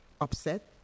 upset